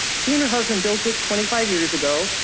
she and her husband built it twenty five years ago.